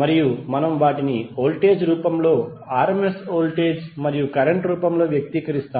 మరియు మనము వాటిని వోల్టేజ్ రూపంల rms వోల్టేజ్ మరియు కరెంట్ రూపంలో వ్యక్తీకరిస్తాము